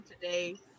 today